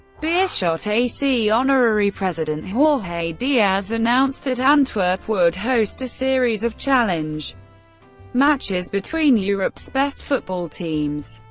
beerschot ac honorary president jorge diaz announced that antwerp would host a series of challenge matches between europe's best football teams.